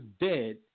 dead